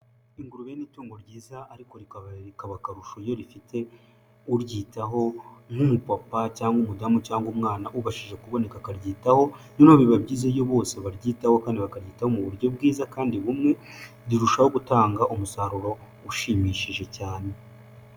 Ingurube ni itungo ryiza ariko rikaba akarusho iyo rifite uryitaho nk'umupapa cyangwa umudamu cyangwa umwana ubashije kuboneka akaryitaho, noneho biba byiza iyo bose baryitaho kandi bakaryitaho mu buryo bwiza kandi bumwe, rirushaho gutanga umusaruro ushimishije cyane.